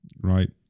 right